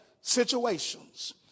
situations